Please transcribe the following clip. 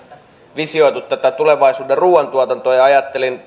visioitu tätä tulevaisuuden ruuantuotantoa ajattelin